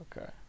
Okay